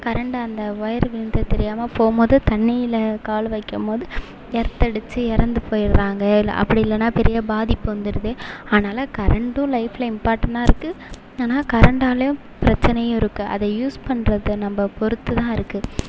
current அந்த wire விழுந்தது தெரியாமல் போகும் போது தண்ணியில் கால் வக்கும் போது எர்த் அடித்து இறந்து போய்டுறாங்க இல்லை அப்படி இல்லைனா பெரிய பாதிப்பு வந்துடுது ஆனால் கரெண்ட்டும் லைஃப்பில் இம்பார்டன்ட்டாக இருக்குது ஆனால் கரெண்ட்டால் பிரச்சனையும் இருக்குது அதை யூஸ் பண்றது நம்ம பொறுத்து தான் இருக்குது